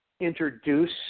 introduce